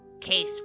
Case